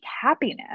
happiness